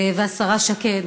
השרה שקד